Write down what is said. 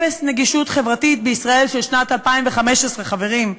אפס נגישות חברתית בישראל של שנת 2015, חברים.